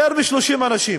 יותר מ-30 אנשים